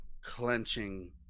clenching